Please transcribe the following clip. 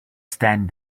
stand